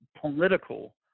political